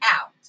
out